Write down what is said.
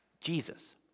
Jesus